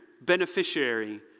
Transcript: beneficiary